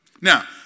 Now